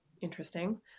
interesting